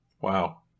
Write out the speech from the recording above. Wow